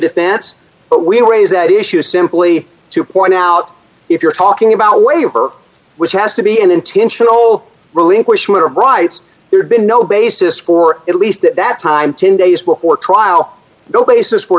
defense but we raise that issue simply to point out if you're talking about waiver which has to be an intentional relinquishment of rights there's been no basis for at least at that time two days before trial no basis for